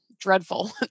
dreadful